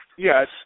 Yes